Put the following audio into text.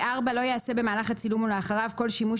(4)לא ייעשה במהלך הצילום או לאחריו כל שימוש